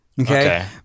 Okay